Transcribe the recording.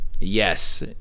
Yes